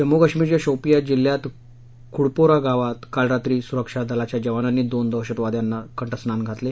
जम्मू कश्मीरच्या शोपियां जिल्ह्यात खुडपोरा गावात काल रात्री सुरक्षा दलाच्या जवानांनी दोन दहशतवाद्यांना कंठस्नान घातले